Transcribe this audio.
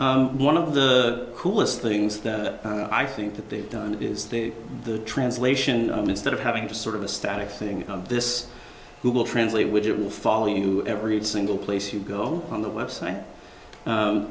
but one of the coolest things i think that they've done is the translation instead of having to sort of a static thing in this google translate which it will follow you every single place you go on the website